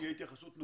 ההסבה